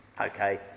Okay